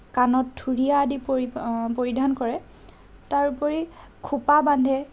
কাণত থুৰীয়া আদি পৰি পৰিধান কৰে তাৰ উপৰি খোপা বান্ধে